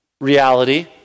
reality